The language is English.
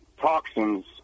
toxins